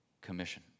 commission